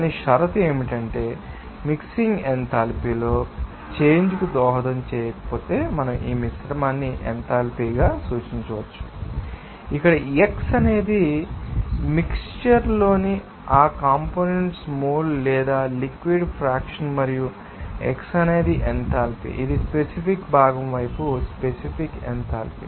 కానీ షరతు ఏమిటంటే మిక్సింగ్ ఎంథాల్పీలో చేంజ్ కు దోహదం చేయకపోతే మనం ఈ మిశ్రమాన్ని ఎంథాల్పీగా సూచించవచ్చు ఇక్కడ xi అనేది మిక్శ్చర్ లోని ఆ కంపోనెంట్స్ మోల్ లేదా లిక్విడ్ ఫ్రాక్షన్ మరియు xiఅనేది ఎంథాల్పీ ఇది స్పెసిఫిక్ భాగం వైపు స్పెసిఫిక్ ఎంథాల్పీ